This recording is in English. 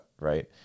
right